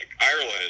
Ireland